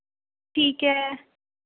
ਠੀਕ ਹੈ